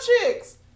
chicks